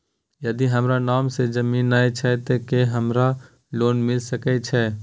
यदि हमर नाम से ज़मीन नय छै ते की हमरा लोन मिल सके छै?